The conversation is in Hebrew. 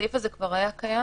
הסעיף הזה כבר היה קיים,